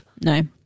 No